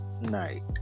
night